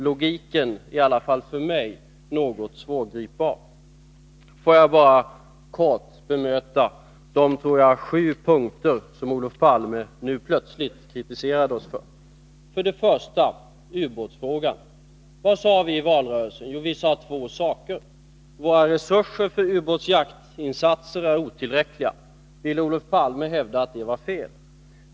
Logiken är — i alla fall för mig — något svårgripbar. Får jag bara kort bemöta de, tror jag, sju punkter som Olof Palme nu plötsligt kritiserat oss för. 1. Ubåtsfrågan. Vad sade vi i valrörelsen? Jo, vi sade två saker. För det första: Våra resurser för ubåtsjaktinsatser är otillräckliga. Vill Olof Palme hävda att det var fel?